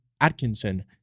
Atkinson